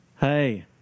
hey